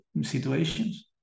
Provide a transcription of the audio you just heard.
situations